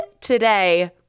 today